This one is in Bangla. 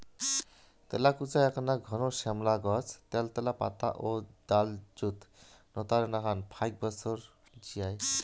তেলাকুচা এ্যাকনা ঘন শ্যামলা গছ ত্যালত্যালা পাতা ও ডালযুত নতার নাকান ফাইক বছর জিয়ায়